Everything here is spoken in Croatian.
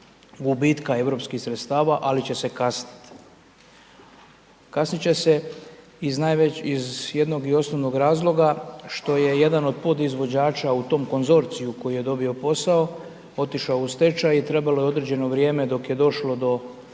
gubitka europskih sredstava ali će se kasniti. Kasnit će se iz najvećeg, iz jednog i osnovnog razloga što je jedan od podizvođača u tom konzorciju koji je dobio posao otišao u stečaj i trebalo je određeno vrijeme dok je došlo do